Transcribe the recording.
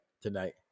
Tonight